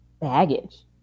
baggage